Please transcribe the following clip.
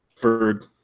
bird